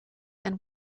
and